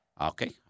Okay